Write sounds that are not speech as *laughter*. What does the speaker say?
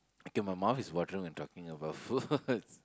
okay my mouth is watering while talking about foods *laughs*